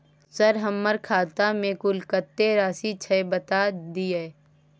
Sir हमरा खाता में कुल कत्ते राशि छै बता दिय?